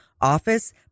office